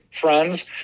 friends